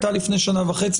היה משהו לפני שנה וחצי,